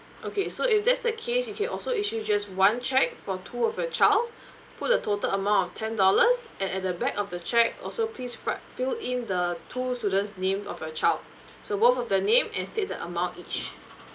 okay so if that's the case you can also issuing just one cheque for two of your child put the total amount of ten dollars and at the back of the cheque also please write fill in the two students name of your child so both of the name as it the amount each